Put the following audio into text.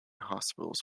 hospitals